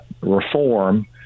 reform